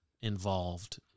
involved